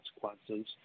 consequences